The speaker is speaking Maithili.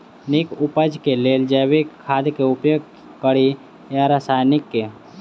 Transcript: नीक उपज केँ लेल जैविक खाद केँ उपयोग कड़ी या रासायनिक केँ?